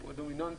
הוא דומיננטי.